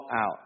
out